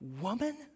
woman